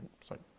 Sorry